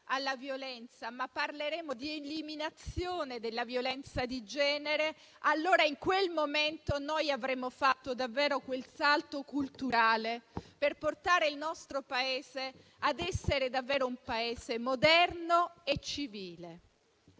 alla violenza, ma di eliminazione della violenza di genere, allora in quel momento avremo fatto davvero quel salto culturale per portare il nostro Paese a essere davvero moderno e civile.